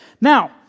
Now